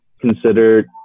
considered